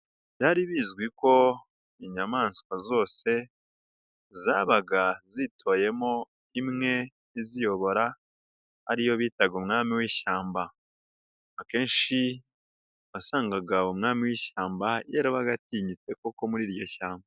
Byari bizwi ko inyamaswa zose zabaga zitwayemo imwezi iziyobora ari yo bitaga umwami w'ishyamba, akenshi wasangaga umwami w'ishyamba yarabaga atinyitse koko muri iryo shyamba.